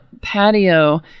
patio